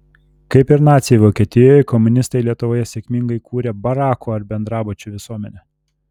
kaip ir naciai vokietijoje komunistai lietuvoje sėkmingai kūrė barakų ar bendrabučių visuomenę